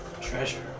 treasure